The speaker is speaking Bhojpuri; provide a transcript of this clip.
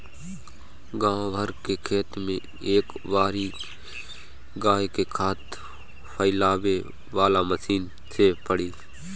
गाँव भर के खेत में ए बारी गाय के खाद फइलावे वाला मशीन से पड़ी